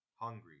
hungry